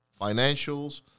financials